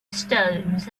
stones